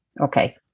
okay